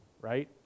right